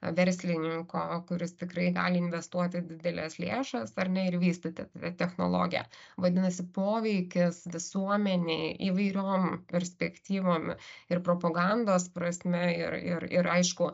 verslininko kuris tikrai gali investuoti dideles lėšas ar ne ir vystyti technologiją vadinasi poveikis visuomenei įvairiom perspektyvom ir propagandos prasme ir ir ir aišku